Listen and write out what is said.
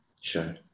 sure